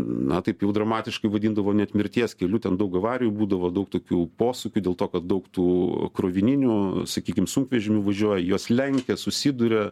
na taip jau dramatiškai vadindavo net mirties keliu ten daug avarijų būdavo daug tokių posūkių dėl to kad daug tų krovininių sakykim sunkvežimių važiuoja juos lenkia susiduria